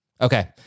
Okay